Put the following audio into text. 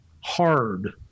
hard